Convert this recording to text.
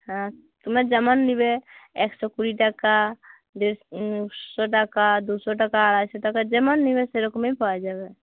হ্যাঁ তোমার যেমন নেবে একশো কুড়ি টাকা দেড়শো টাকা দুশো টাকা আড়াইশো টাকা যেমন নেবে সে রকমই পাওয়া যাবে